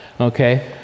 Okay